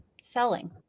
selling